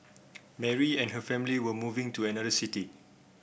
Mary and her family were moving to another city